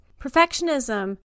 Perfectionism